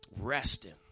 Resting